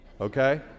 Okay